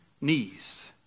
knees